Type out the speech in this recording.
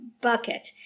bucket